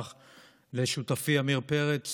לשותפי עמיר פרץ